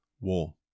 war